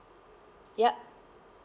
yup